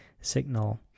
signal